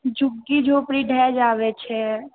झुग्गी झोपड़ी ढह जाबै छै